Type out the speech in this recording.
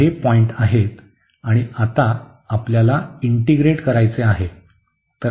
तर हे पॉईंट आहेत आणि आता आपल्याला इंटीग्रेट करायचे आहे